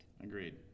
Agreed